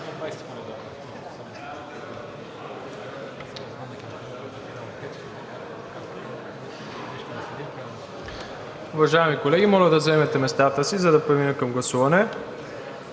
Уважаеми колеги, моля да заемете местата си, за да преминем към гласуване.